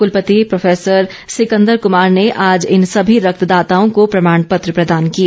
कुलपति प्रोफैसर सिकन्दर कुमार ने आज इन सभी रक्तदाताओं को प्रमाण पत्र प्रदान किए